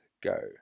go